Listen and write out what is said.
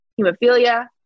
hemophilia